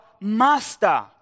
master